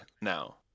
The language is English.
now